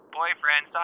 boyfriend